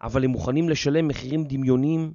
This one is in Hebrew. אבל הם מוכנים לשלם מחירים דמיוניים